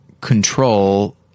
control